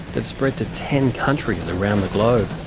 they've spread to ten countries around the globe.